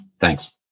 thanks